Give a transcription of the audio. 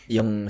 Yung